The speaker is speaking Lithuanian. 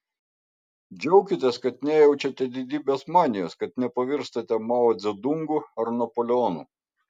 džiaukitės kad nejaučiate didybės manijos kad nepavirstate mao dzedungu ar napoleonu